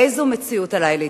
לאיזו מציאות עלי להתייחס?